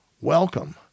welcome